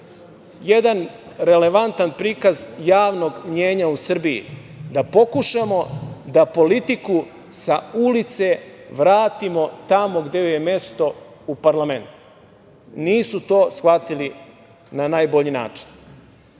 jedan relevantan prikaz javnog mnjenja u Srbiji, da pokušamo da politiku sa ulice vratimo tamo gde joj je mesto u parlament. Nisu to shvatili na najbolji